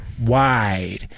Wide